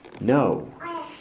no